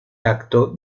acto